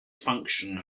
function